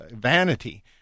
vanity